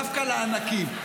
דווקא לענקים.